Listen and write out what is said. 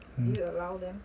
hmm